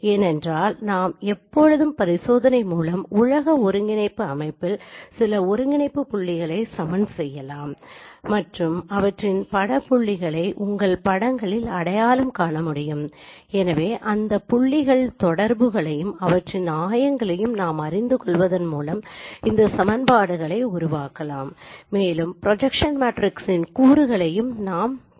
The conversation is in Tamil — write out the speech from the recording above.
ஏனென்றால் நாம் எப்போதும் பரிசோதனை மூலம் உலக ஒருங்கிணைப்பு அமைப்பில் சில ஒருங்கிணைப்பு புள்ளிகளை சமன் செய்யலாம் மற்றும் அவற்றின் பட புள்ளிகளை உங்கள் படங்களில் அடையாளம் காண முடியும் எனவே அந்த புள்ளிகள் தொடர்புகளையும் அவற்றின் ஆயங்களையும் நாம் அறிந்து கொள்வதன் மூலம் இந்த சமன்பாடுகளை உருவாக்கலாம் மேலும் ப்ரொஜக்ஸன் மேட்ரிக்ஸின் கூறுகளையும் நாம் பெறலாம்